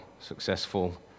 successful